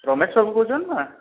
ରମେଶ ବାବୁ କହୁଛନ୍ତି ନା